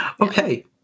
Okay